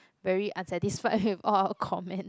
very unsatisfied with all of our comment